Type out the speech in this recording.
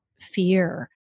fear